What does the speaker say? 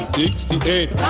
sixty-eight